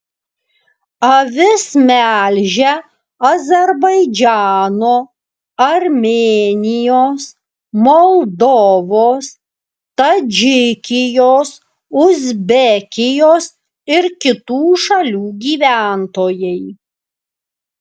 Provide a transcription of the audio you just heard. avis melžia azerbaidžano armėnijos moldovos tadžikijos uzbekijos ir kitų šalių gyventojai